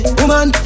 Woman